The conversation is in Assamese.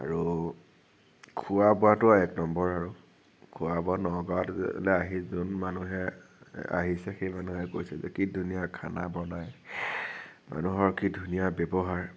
আৰু খোৱা বোৱাতো এক নম্বৰ আৰু খোৱা বোৱা নগাঁৱলে আহি যোন মানুহে আহিছে সেই মানুহে কৈছে যে কি ধুনীয়া খানা বনায় মানুহৰ কি ধুনীয়া ব্যৱহাৰ